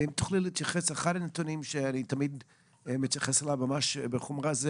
אחד הנתונים שאני תמיד מתייחס אליו בחומרה זה